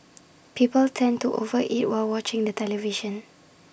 people tend to over eat while watching the television